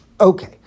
Okay